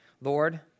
Lord